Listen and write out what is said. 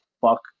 fuck